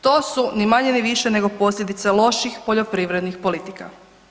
To su, ni manje ni više nego posljedice loših poljoprivrednih politika.